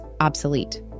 obsolete